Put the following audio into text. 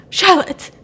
Charlotte